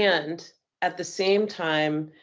and at the same time,